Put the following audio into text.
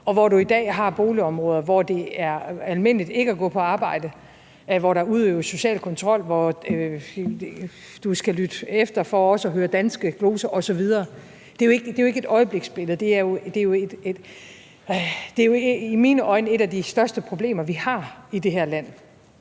og hvor du i dag har boligområder, hvor det er almindeligt ikke at gå på arbejde, hvor der udøves social kontrol, hvor du skal lytte godt efter for også at høre danske gloser osv. Det er jo ikke et øjebliksbillede. Det er i mine øjne et af de største problemer, vi har i det her land,